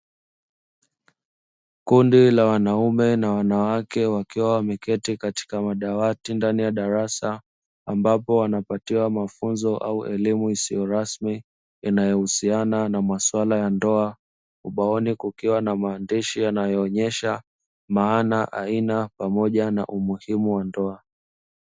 Kundi la wanaume na wanawake wakiwa wameketi katika madawati ndani ya darasa, ambapo wanapatiwa mafunzo au elimu isiyo rasmi inayohusiana na masuala ya ndoa, ubaoni kukiwa na maandishi yanayoonyesha maana, aina pamoja na umuhimu wa ndoa.